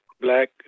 black